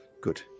Good